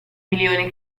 milioni